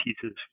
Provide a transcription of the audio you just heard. pieces